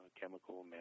chemical